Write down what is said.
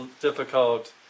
difficult